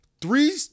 three